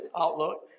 outlook